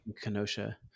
Kenosha